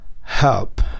help